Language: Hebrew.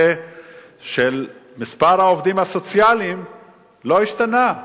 שמספר העובדים הסוציאליים לא השתנה.